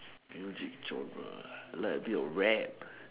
music genre like abit of rap